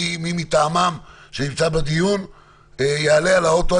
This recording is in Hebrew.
מי מטעמם שנמצא בדיון יעלה על האוטו.